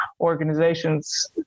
organizations